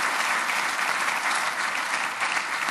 (מחיאות כפיים)